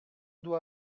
doit